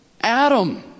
Adam